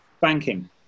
Banking